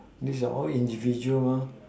these are all individual mah